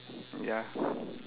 ya